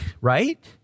right